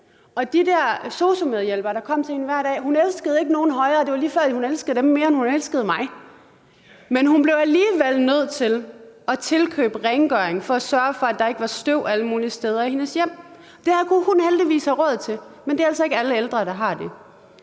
end de sosu-hjælpere, der kom til hende hver dag, det var lige før, hun elskede dem mere, end hun elskede mig. Men hun blev alligevel nødt til at tilkøbe rengøring for at sørge for, at der ikke var støv alle mulige steder i hendes hjem. Det havde hun heldigvis råd til, men det er altså ikke alle ældre, der har det.